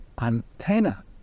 antenna